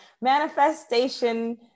manifestation